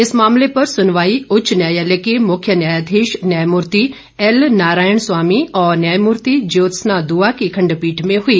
इस मामले पर सुनवाई उच्च न्यायालय के मुख्य न्यायाधीश न्यायमूर्ति एल नारायण स्वामी और न्यायमूर्ति जयोत्सना दुआ की खंडपीठ में हुई